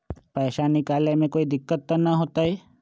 पैसा निकाले में कोई दिक्कत त न होतई?